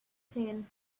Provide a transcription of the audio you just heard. seen